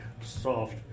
soft